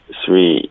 three